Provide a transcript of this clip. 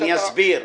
אסביר,